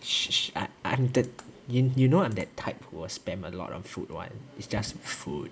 I'm the you know I'm that type that will spam a lot on food [one] is just food